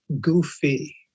goofy